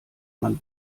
man